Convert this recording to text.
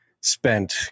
spent